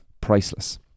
priceless